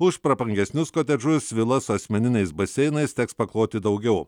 už prabangesnius kotedžus vilas su asmeniniais baseinais teks pakloti daugiau